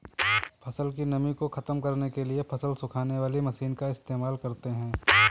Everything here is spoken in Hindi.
फसल की नमी को ख़त्म करने के लिए फसल सुखाने वाली मशीन का इस्तेमाल करते हैं